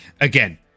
again